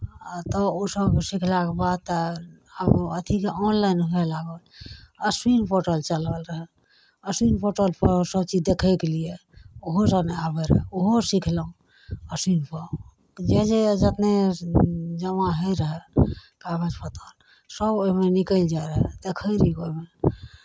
आ तब ओसभ सिखलाके बाद तऽ आब अथीके ऑनलाइन हुअय लागल अश्विन पोर्टल चलल रहै अश्विन पोर्टलपर सभचीज देखयके लिए ओहोसभ नहि आबैत रहए ओहो सिखलहुँ अश्विनपर जे जे जतने जमा होइत रहए कागज पत्तर सभ ओहिमे निकलि जाइत रहए देखैत रहियै ओहिमे